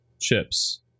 chips